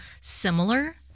similar